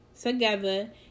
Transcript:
together